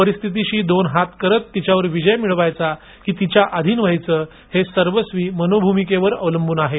परिस्थितीशी दोन हात करत तिच्यावर विजय मिळवायचा की तिच्या आधीन व्हायचं हे सर्वस्वी मनोभूमिकेवर अवलंबून आहे